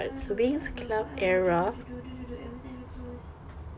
forever forever forever every time we close